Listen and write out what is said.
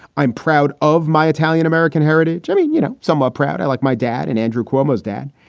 i'm proud of my italian american heritage. i mean, you know, some ah proud i like my dad and andrew cuomo, his dad.